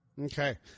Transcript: okay